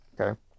Okay